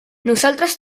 nosaltres